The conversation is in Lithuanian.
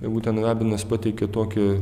ir būtent rabinas pateikė tokį